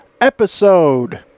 episode